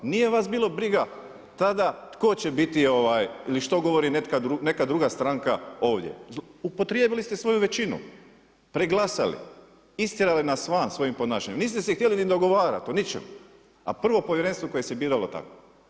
Nije vas bilo briga tada tko će biti ili što govori neka druga stranka ovdje, zloupotrijebili ste sviju većinu, preglasali, istjerali nas van svojim ponašanjem, niste se htjeli ni dogovarat u ničem, pa prvo povjerenstvo koje se biralo tako.